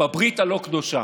בנוסף,